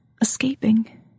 escaping